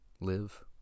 live